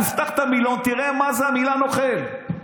תפתח את המילון, תראה מה זה המילה נוכל, שקרן.